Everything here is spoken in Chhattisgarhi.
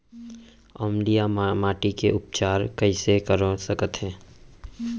अम्लीय माटी के उपचार कइसे करवा सकत हव?